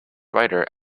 writer